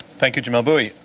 thank you, jamelle bouie.